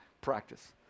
practice